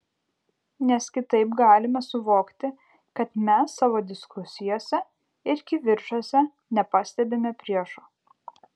nes kitaip galime suvokti kad mes savo diskusijose ir kivirčuose nepastebime priešo